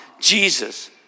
Jesus